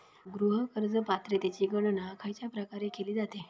गृह कर्ज पात्रतेची गणना खयच्या प्रकारे केली जाते?